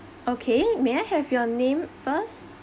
okay may I have your name first